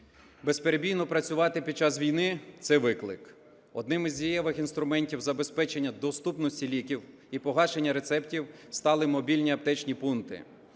Безперебійно працювати під час війни – це виклик. Одним із дієвих інструментів забезпечення доступності ліків і погашення рецептів стали мобільні аптечні пункти.